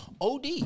OD